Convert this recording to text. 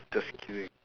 just kidding